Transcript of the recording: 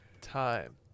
time